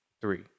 three